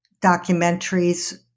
documentaries